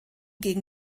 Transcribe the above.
gegen